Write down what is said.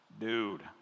dude